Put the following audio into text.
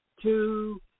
two